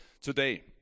today